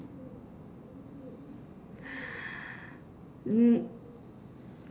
mm